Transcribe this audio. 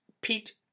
Pete